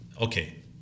Okay